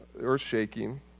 earth-shaking